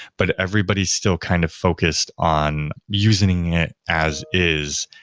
but everybody's still kind of focused on using it as is.